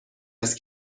است